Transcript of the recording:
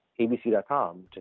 abc.com